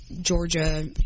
Georgia